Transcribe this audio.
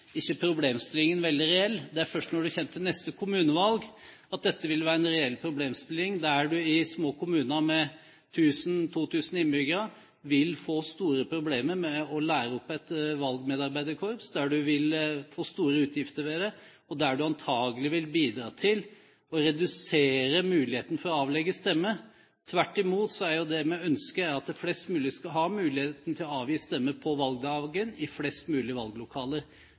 ikke problemstillingen veldig reell. Det er først når du kommer til neste kommunevalg at dette vil være en reell problemstilling, der man i små kommuner med 1 000–2 000 innbyggere vil få store problemer med å lære opp et valgmedarbeiderkorps, der man vil få store utgifter, og der det antakelig vil bidra til å redusere muligheten for å avlegge stemme. Det vi ønsker, er tvert imot at flest mulig skal ha muligheten til å avgi stemme på valgdagen i flest mulig